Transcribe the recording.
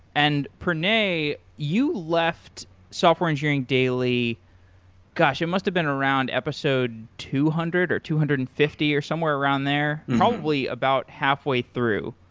and pranay, you left software engineering daily gosh! it must've been around episode two hundred or two hundred and fifty or somewhere around there, probably about halfway through.